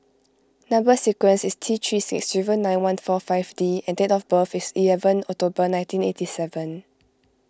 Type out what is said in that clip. Number Sequence is T three six zero nine one four five D and date of birth is eleven October nineteen eighty seven